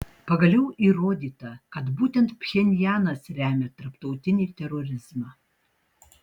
pagaliau įrodyta kad būtent pchenjanas remia tarptautinį terorizmą